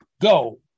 go